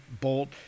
bolt